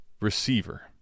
receiver